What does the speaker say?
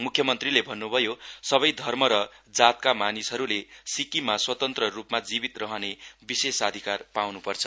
म्ख्यमन्त्रीले भन्न् भयो सबै धर्म र जातका मानिसहरूले सिक्किममा स्वतन्त्र रूपमा जीवित रहने विशेषाधिकार पाउन् पर्छ